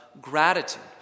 gratitude